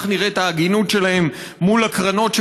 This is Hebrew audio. כך נראית ההגינות שלהם מול הקרנות,